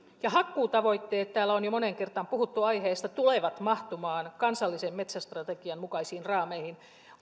ja hakkuutavoitteet täällä on jo moneen kertaan puhuttu aiheesta tulevat mahtumaan kansallisen metsästrategian mukaisiin raameihin